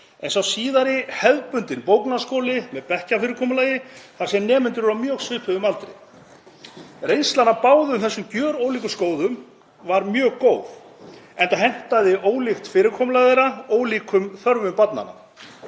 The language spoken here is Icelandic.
en sá síðari hefðbundinn bóknámsskóli með bekkjarfyrirkomulagi þar sem nemendur eru á mjög svipuðum aldri. Reynslan af báðum þessum gjörólíku skólum var mjög góð, enda hentaði ólíkt fyrirkomulag þeirra ólíkum þörfum barnanna.